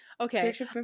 Okay